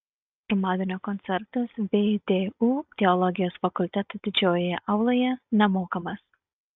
pirmadienio koncertas vdu teologijos fakulteto didžiojoje auloje nemokamas